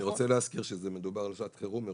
אני רוצה להזכיר שמדובר על שעת חירום,